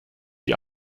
die